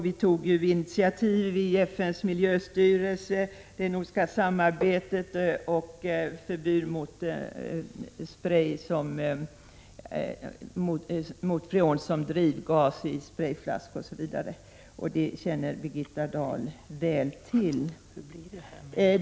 Vi tog initiativ i FN:s miljöstyrelse och i det nordiska samarbetet om förbud mot freon som drivgas i sprejflaskor osv. Det känner Birgitta Dahl väl till.